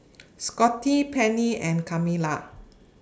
Scotty Pennie and Kamila